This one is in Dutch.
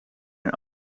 een